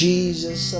Jesus